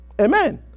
Amen